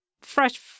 fresh